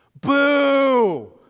Boo